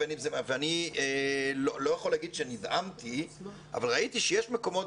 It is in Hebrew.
ואני לא יכול להגיד שנדהמתי אבל ראיתי שיש מקומות,